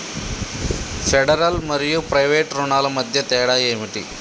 Federal మరియు private రుణాల మధ్య తేడా ఏమిటి?